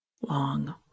long